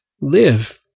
live